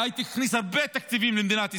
וההייטק הכניס הרבה תקציבים למדינת ישראל,